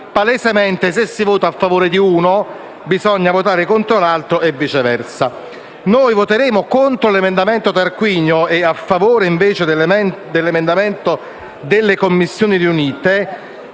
Palesemente, se si vota a favore di uno, bisogna votare contro l'altro, e viceversa. Noi voteremo contro l'emendamento 4.100/1 e a favore dell'emendamento 4.100 delle Commissioni riunite